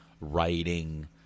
writing